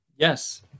Yes